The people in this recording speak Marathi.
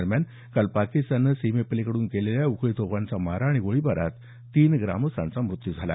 दरम्यान काल पाकिस्ताननं सीमेपलिकडून केलेला उखळी तोफांचा मारा आणि गोळीबारात तीन ग्रामस्थांचा मृत्यू झाला